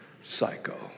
psycho